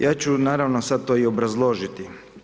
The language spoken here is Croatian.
Ja ću naravno sada to i obrazložiti.